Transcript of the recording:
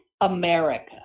America